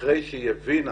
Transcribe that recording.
אחרי שהיא הבינה